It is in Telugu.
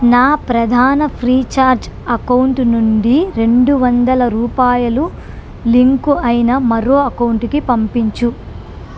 నా ప్రధాన ఫ్రీఛార్జ్ అకౌంట్ నుండి రెండు వందల రూపాయలు లింకు అయిన మరో అకౌంటుకి పంపించుము